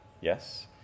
Yes